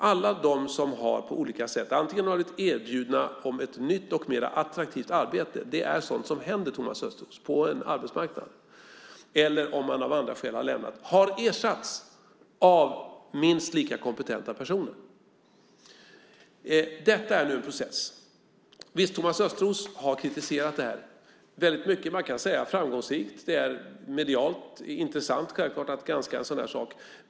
Alla de som antingen har blivit erbjudna ett nytt och mer attraktivt arbete - det är sådant som händer på en arbetsmarknad, Thomas Östros - eller har lämnat av andra skäl har ersatts av minst lika kompetenta personer. Det är en process. Thomas Östros har kritiserat den mycket, man kan säga framgångsrikt. Det är självklart medialt intressant att granska en sådan här sak.